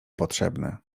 potrzebne